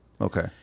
Okay